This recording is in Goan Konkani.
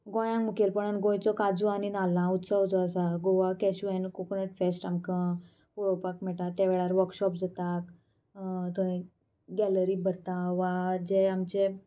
गोंया मुखेलपणान गोंयचो काजू आनी नाल्लां उत्सव जो आसा Goa cashew and coconut fest आमकां पळोवपाक मेळटा त्या वेळार वर्कशॉप जाता थंय गॅलरी भरता वा जे आमचे